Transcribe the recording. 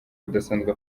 budasanzwe